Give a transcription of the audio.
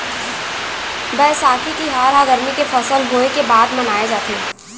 बयसाखी तिहार ह गरमी के फसल होय के बाद मनाए जाथे